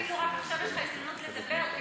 כאילו רק עכשיו יש לך הזדמנות לדבר כי